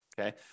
okay